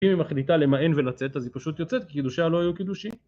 אם היא מחליטה למאן ולצאת, אז היא פשוט יוצאת, כי קידושיה לא היו קידושים.